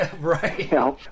Right